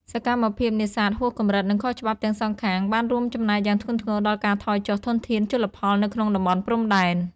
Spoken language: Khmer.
សកម្មភាពនេសាទហួសកម្រិត និងខុសច្បាប់ទាំងសងខាងបានរួមចំណែកយ៉ាងធ្ងន់ធ្ងរដល់ការថយចុះធនធានជលផលនៅក្នុងតំបន់ព្រំដែន ។